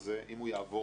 אם הוא יעבור כחוק,